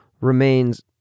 remains